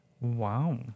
Wow